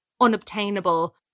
unobtainable